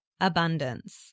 abundance